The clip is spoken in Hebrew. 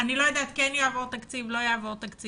אני לא יודעת אם כן יעבור תקציב או לא יעבור תקציב.